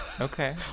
okay